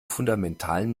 fundamentalen